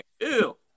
Ew